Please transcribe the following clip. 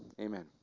amen